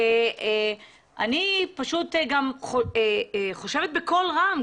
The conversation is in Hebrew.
אני פשוט גם חושבת בקול רם.